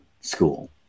School